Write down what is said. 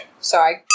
sorry